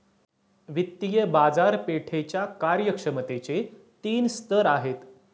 वित्तीय बाजारपेठेच्या कार्यक्षमतेचे तीन स्तर आहेत